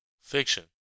Fiction